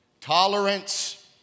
Tolerance